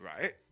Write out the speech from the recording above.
right